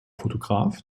fotograf